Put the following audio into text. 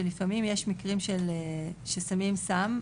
שלפעמים יש מקרים ששמים סם,